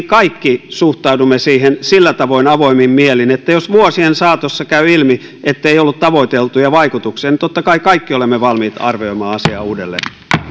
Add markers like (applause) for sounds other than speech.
(unintelligible) kaikki suhtaudumme siihen sillä tavoin avoimin mielin että jos vuosien saatossa käy ilmi ettei ollut tavoiteltuja vaikutuksia niin totta kai kaikki olemme valmiit arvioimaan asiaa uudelleen